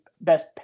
best